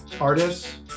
artists